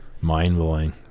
mind-blowing